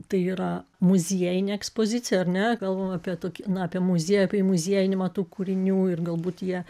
tai yra muziejinė ekspozicija ar ne kalbam apie tokį na apie muziejų apie muziejinimą tų kūrinių ir galbūt jie